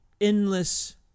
endless